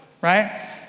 right